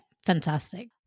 Fantastic